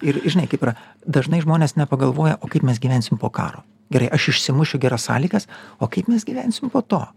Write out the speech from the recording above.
ir žinai kaip yra dažnai žmonės nepagalvoja o kaip mes gyvensim po karo gerai aš išsimušiu geras sąlygas o kaip mes gyvensim po to